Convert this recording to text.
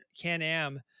Can-Am